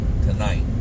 tonight